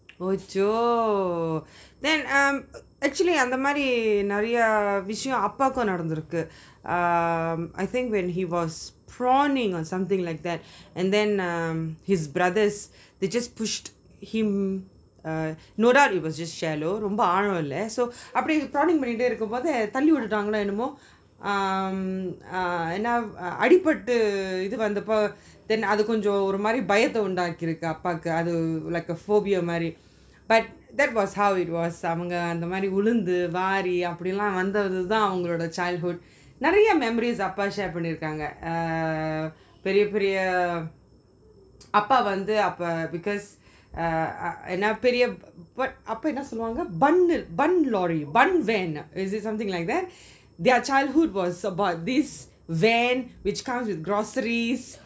அச்சோ:achoo um uh actually அந்த மாறி நெறய விஷயம் அப்பாகும் நடந்து இருக்கு:antha maari neraya visayam appakum nadanthu iruku I think when he was prawning or something like that and then um his brothers they just pushed him err no doubt it was just shallow ரொம்ப ஆழம் இல்ல:romba aazham illa so அப்பிடி:apidi prawning பங்கிட்டு இருக்கும் போது:panitu irukum bothu um uh தள்ளி விட்டுட்டாங்களோ என்னவோ:thalli vitutangalo ennavo then அது கொஞ்சம் ஒரு மாறி பயத்தை உண்டாகி இருக்கு அப்பாக்கு:athu konjam oru maari bayatha undaaki iruku appaku like a phobia மாறி:maari but that was how it was அவங்க அந்த மாறி உளுந்து வாரி அப்பிடிலாம் வந்துளம் தான் அவங்க:avanga antha maari ulunthu vaari apidilam vanthathulam thaan avanga childhood நெறய அந்த மாறி:neraya antha maari memories அப்பா:appa shared பண்ணி இருகாங்க:panni irukanga uh பெரிய பெரிய அப்பா வந்து:periya periya appa vanthu because uh uh அப்பா அப்பா என்ன சொல்லுவாங்க:appa appa enna soluvanga bu~ bun lorry bun van err is it something like that their childhood was about this van which comes with groceries